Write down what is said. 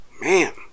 Man